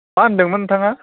मा होनदोंमोन नोंथाङा